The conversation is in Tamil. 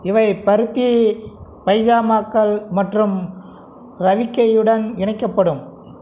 இவை பருத்தி பைஜாமாக்கள் மற்றும் ரவிக்கையுடன் இணைக்கப்படும்